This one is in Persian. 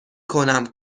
کنم